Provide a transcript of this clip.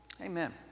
Amen